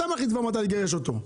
אתה מחליט כבר מתי לגרש אותו.